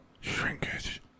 Shrinkage